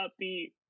upbeat